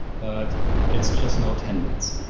but it's just now ten minutes.